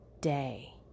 day